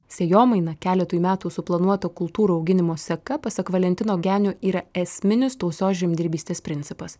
sėjomaina keletui metų suplanuota kultūrų auginimo seka pasak valentino genio yra esminis tausios žemdirbystės principas